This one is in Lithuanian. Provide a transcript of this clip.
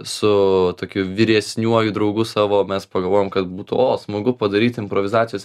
su tokiu vyresniuoju draugu savo mes pagalvojom kad būtų o smagu padaryt improvizacijos